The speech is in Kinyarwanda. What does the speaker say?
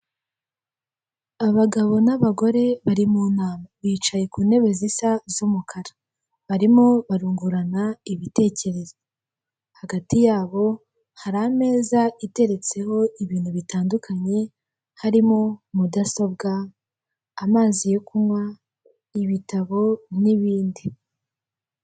Abagabo n'abagore bari mu nama, bicaye ku ntebe zisa z'umukara, barimo barungurana ibitekerezo, hagati yabo hari ameza iteretseho ibintu bitandukanye, harimo mudasobwa, amazi yo kunywa, ibitabo n'ibindi.